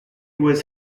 was